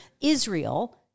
Israel